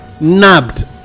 nabbed